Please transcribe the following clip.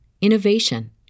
innovation